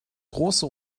große